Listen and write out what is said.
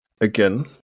again